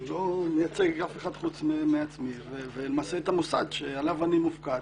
אני לא מייצג אף אחד חוץ מעצמי ולמעשה את המוסד שעליו אני מופקד.